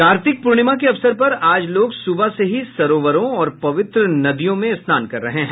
कार्तिक पूर्णिमा के अवसर पर आज लोग सुबह से ही सरोवरों और पवित्र नदियों में स्नान कर रहे हैं